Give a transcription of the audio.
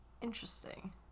Interesting